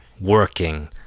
working